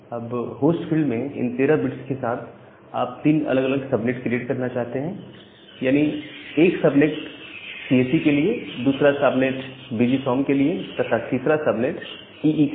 अब host field में इन 13 बिट्स के साथ आप 3 अलग अलग सब नेट क्रिएट करना चाहते हैं यानी एक सब नेट सीएसई के लिए दूसरा subnet B G S O M के लिए तथा तीसरा सब नेट ईई के लिए